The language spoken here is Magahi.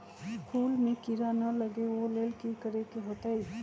फूल में किरा ना लगे ओ लेल कि करे के होतई?